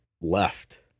left